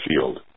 field